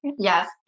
Yes